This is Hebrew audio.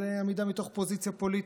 זו עמידה מתוך פוזיציה פוליטית.